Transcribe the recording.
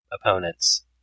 Opponents